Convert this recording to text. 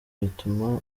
bituma